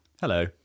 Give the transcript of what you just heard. Hello